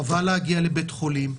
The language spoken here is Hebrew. חבל להגיע לבית חולים.